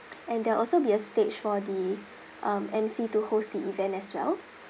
and there'll also be a stage for the uh M_C to host the event as well